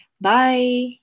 Bye